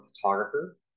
photographer